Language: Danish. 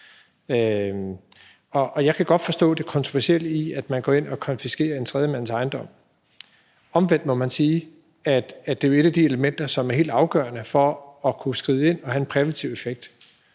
Jeg kan godt forstå det kontroversielle i, at man går ind og konfiskerer en tredje mands ejendom. Omvendt må man sige, at det jo er et af de elementer, som er helt afgørende for at kunne skride ind, og for, at det har en præventiv effekt.